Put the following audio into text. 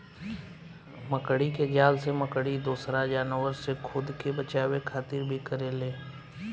मकड़ी के जाल से मकड़ी दोसरा जानवर से खुद के बचावे खातिर भी करेले